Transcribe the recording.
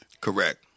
Correct